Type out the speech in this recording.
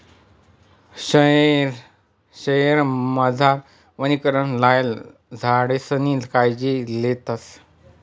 शयेरमझार वनीकरणमा लायेल झाडेसनी कायजी लेतस